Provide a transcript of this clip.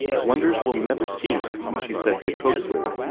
wonders will never cease, she said jocosely.